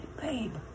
babe